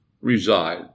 reside